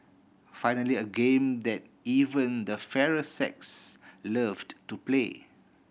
finally a game that even the fairer sex loved to play